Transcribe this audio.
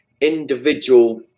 individual